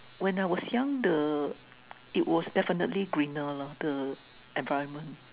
when I was young the it was definitely greener lah the environment